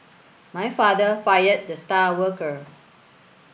my father fired the star worker